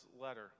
letter